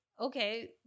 okay